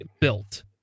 built